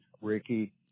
Ricky